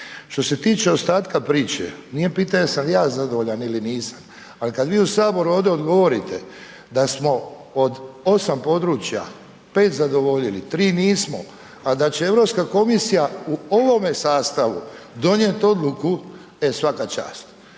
Što se tiče ostatka priče, nije pitanje jesam li ja zadovoljan ili nisam, ali kada vi u Saboru ovdje odgovorite, da smo od 8 područja, 5 zadovoljili, 3 nismo, a da će Europska komisija, u ovome sastavu donijeti odluku, e svaka čast,